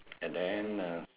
and then uh